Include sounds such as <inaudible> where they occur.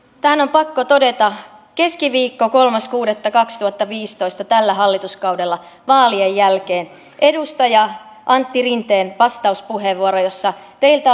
tähän on pakko todeta keskiviikkona kolmas kuudetta kaksituhattaviisitoista tällä hallituskaudella vaalien jälkeen edustaja antti rinteen vastauspuheenvuoro jossa teiltä <unintelligible>